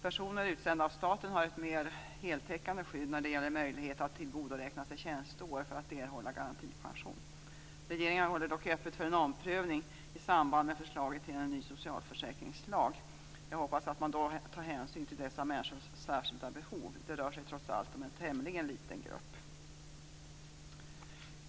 Personer utsända av staten har ett mer heltäckande skydd när det gäller möjlighet att tillgodoräkna sig tjänsteår för att erhålla garantipension. Regeringen håller dock öppet för en omprövning i samband med förslaget till en ny socialförsäkringslag. Jag hoppas att man då tar hänsyn till dessa människors särskilda behov. Det rör sig trots allt om en tämligen liten grupp.